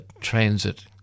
Transit